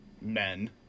men